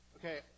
okay